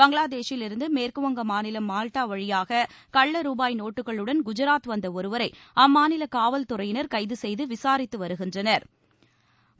பங்களாதேஷிலிருந்து மேற்குவங்க மாநிலம் மால்டா வழியாக கள்ள ரூபாய் நோட்டுகளுடன் குஜாத் வந்த ஒருவரை அம்மாநில காவல்துறையினா் கைது செய்து விசாரித்து வருகின்றனா்